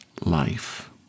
life